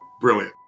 brilliant